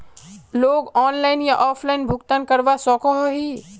Loan online या offline भुगतान करवा सकोहो ही?